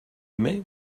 aimait